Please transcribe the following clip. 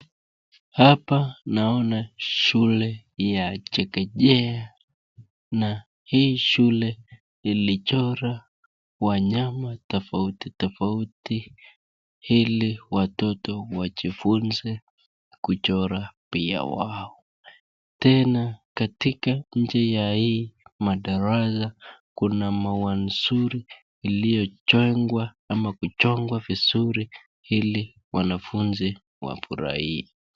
Hapa naona shule ya chekechea na hii shule ilichora wanyama tafouti tafouti ili watoto wajifunze kuchora pia wao, tena katika nje ya hii madarasa kuna maua nzuri iliyojongwa ama kujongwa vizuri ili wanafunzi wafurahie.